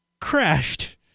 crashed